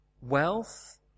Wealth